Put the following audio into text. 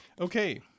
Okay